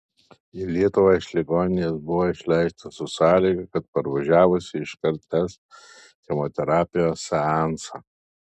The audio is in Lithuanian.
į lietuvą iš ligoninės buvo išleista su sąlyga kad parvažiavusi iškart tęs chemoterapijos seansą